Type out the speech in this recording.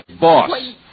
boss